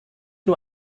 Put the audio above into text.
nur